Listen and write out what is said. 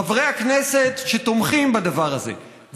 חברי הכנסת שתומכים בדבר הזה,